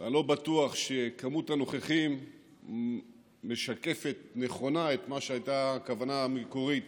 ואני לא בטוח שמספר הנוכחים משקף נכונה את מה שהיה הכוונה המקורית